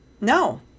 no